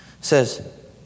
says